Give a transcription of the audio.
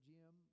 Jim